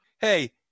Hey